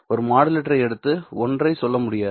ஒரு மாடுலேட்டரை எடுத்து ஒன்றைச் சொல்ல முடியாது